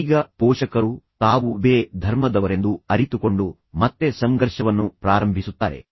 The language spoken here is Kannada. ಈಗ ಪೋಷಕರು ತಾವು ಬೇರೆ ಧರ್ಮದವರೆಂದು ಅರಿತುಕೊಂಡು ಮತ್ತೆ ಸಂಘರ್ಷವನ್ನು ಪ್ರಾರಂಭಿಸುತ್ತಾರೆ